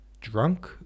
drunk